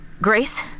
Grace